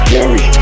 Carry